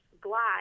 glide